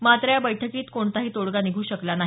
मात्र या बैठकीत कोणताही तोडगा निघू शकला नाही